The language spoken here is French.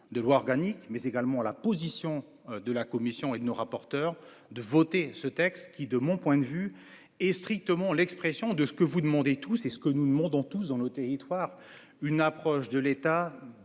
de loi organique mais également la position de la commission il ne rapporteur de voter ce texte qui de mon point de vue est strictement l'expression de ce que vous demandez tout c'est ce que nous demandons tous dans le territoire une approche de l'État